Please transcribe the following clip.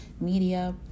media